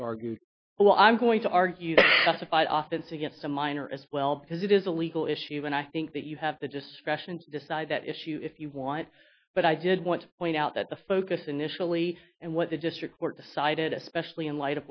us argue well i'm going to argue the fight often to get some minor as well because it is a legal issue and i think that you have the discretion to decide that issue if you want but i did want to point out that the focus initially and what the district court decided especially in light